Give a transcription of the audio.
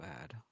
bad